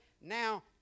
now